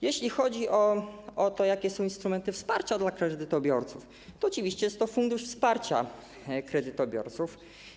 Jeśli chodzi o to, jakie są instrumenty wsparcia dla kredytobiorców, to oczywiście jest to Fundusz Wsparcia Kredytobiorców.